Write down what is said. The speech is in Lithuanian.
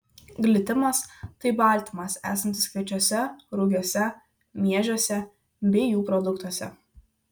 glitimas tai baltymas esantis kviečiuose rugiuose miežiuose bei jų produktuose